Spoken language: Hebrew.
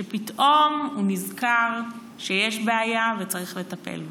כשפתאום הוא נזכר שיש בעיה וצריך לטפל בה?